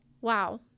wow